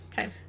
Okay